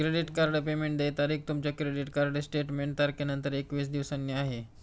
credit card payment देय तारीख तुमच्या क्रेडिट कार्ड स्टेटमेंट तारखेनंतर एकवीस दिवसांनी आहे